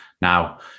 now